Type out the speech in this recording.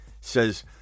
says